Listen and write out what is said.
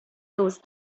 those